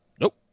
Nope